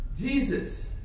Jesus